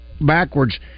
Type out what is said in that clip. backwards